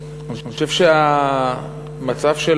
אני חושב שהמצב של